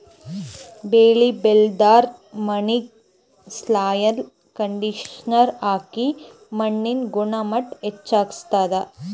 ಬೆಳಿ ಬೆಳಿಲಾರ್ದ್ ಮಣ್ಣಿಗ್ ಸಾಯ್ಲ್ ಕಂಡಿಷನರ್ ಹಾಕಿ ಮಣ್ಣಿನ್ ಗುಣಮಟ್ಟ್ ಹೆಚಸ್ಸ್ತಾರ್